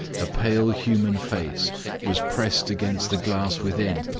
a pale human face was pressed against the glass within,